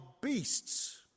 beasts